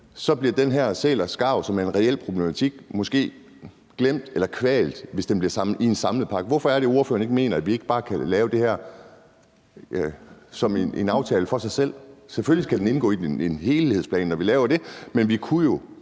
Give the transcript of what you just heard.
sæler og skarver, som er en reel problematik, måske glemt eller kvalt, hvis den bliver samlet i én pakke? Hvorfor er det, at ordføreren ikke mener, at vi ikke bare kan lave det her som en aftale for sig selv? Selvfølgelig skal den indgå i en helhedsplan, når vi laver sådan en, men vi kunne jo